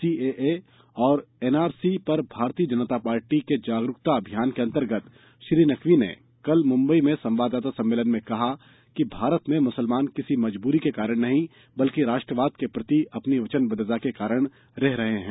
CAA और N RC पर Bharatiya Janata Party के जागरुकता अभियान के अंतर्गत श्री नकवी ने कल मुम्बई में संवाददाता सम्मेलन में कहा कि भारत में मुसलमान किसी मजबूरी के कारण नहीं बल्कि राष्ट्रवाद के प्रति अपनी बचनबद्वता के कारण रह रहे हैं